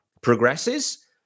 progresses